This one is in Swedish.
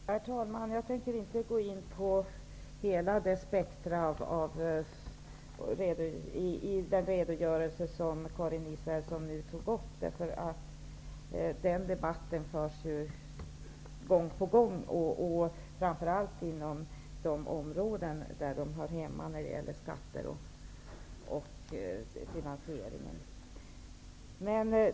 Herr talman! Jag tänker inte gå in på hela det spektrum av detaljer som Karin Israelsson här redogjorde för. De sakerna tas ju upp gång på gång, framför allt inom de områden där frågorna hör hemma. Det gäller då skatter och finansiering.